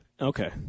Okay